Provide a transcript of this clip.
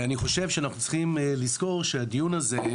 אני חושב שאנחנו צריכים לזכור שהדיון הזה,